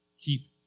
keep